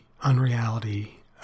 unreality